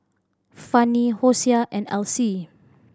Fannie Hosea and Alcee